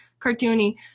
cartoony